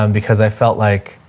um because i felt like